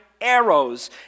arrows